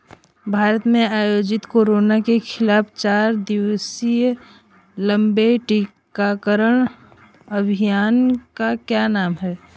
भारत में आयोजित कोरोना के खिलाफ चार दिवसीय लंबे टीकाकरण अभियान का क्या नाम है?